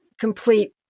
complete